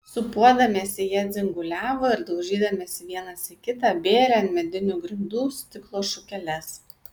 sūpuodamiesi jie dzinguliavo ir daužydamiesi vienas į kitą bėrė ant medinių grindų stiklo šukeles